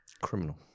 criminal